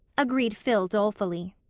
agreed phil dolefully.